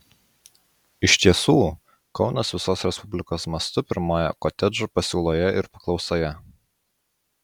iš tiesų kaunas visos respublikos mastu pirmauja kotedžų pasiūloje ir paklausoje